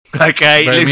Okay